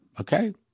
Okay